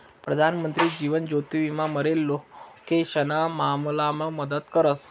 प्रधानमंत्री जीवन ज्योति विमा मरेल लोकेशना मामलामा मदत करस